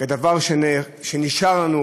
כדבר שנשאר לנו,